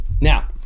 Now